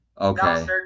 Okay